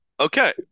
Okay